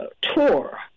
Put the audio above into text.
tour